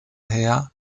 heer